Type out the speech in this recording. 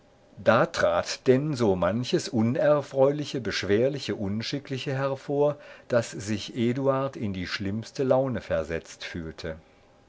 da trat denn so manches unerfreuliche beschwerliche unschickliche hervor daß sich eduard in die schlimmste laune versetzt fühlte